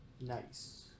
Nice